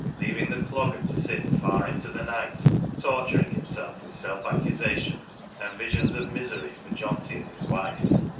leaving the clog ger to sit far into the night torturing himself with self-accusations and visions of misery for johnty and his wife.